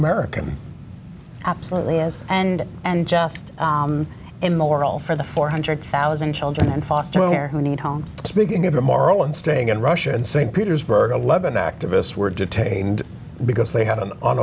american absolutely as and and just immoral for the four hundred thousand children in foster care who need homes speaking of the moral and staying in russia and st petersburg eleven activists were detained because they had an au